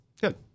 Good